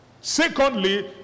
Secondly